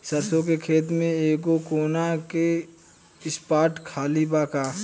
सरसों के खेत में एगो कोना के स्पॉट खाली बा का?